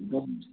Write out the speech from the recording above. दम से